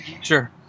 Sure